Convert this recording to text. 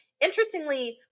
interestingly